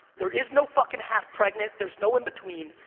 there is no fucking half-pregnant, there is no in-between,